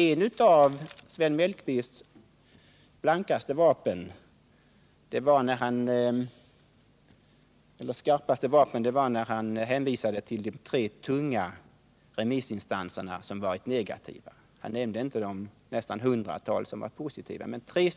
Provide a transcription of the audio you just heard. Ett av Sven Mellqvists skarpaste vapen var när han hänvisade till de tre tunga remissinstanser som varit negativa. Han nämnde naturligtvis inte de nästan hundra remissinstanser som varit positiva. Men tre